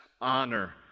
honor